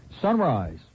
Sunrise